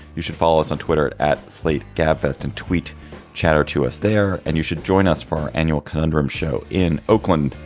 you should follow us on twitter at slate gabfests and tweet chatoor to us there. and you should join us for our annual conundrum show in oakland.